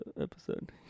episode